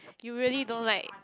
you really don't like